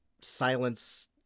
silence